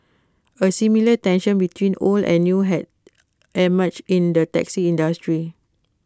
A similar tension between old and new has emerged in the taxi industry